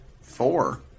four